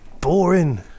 boring